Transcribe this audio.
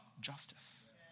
justice